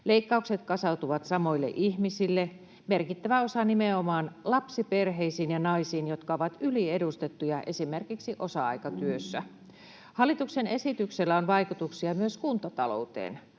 Leikkaukset kasautuvat samoille ihmisille, merkittävä osa nimenomaan lapsiperheisiin ja naisiin, jotka ovat yliedustettuja esimerkiksi osa-aikatyössä. Hallituksen esityksellä on vaikutuksia myös kuntatalouteen.